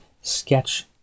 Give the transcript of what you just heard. Sketch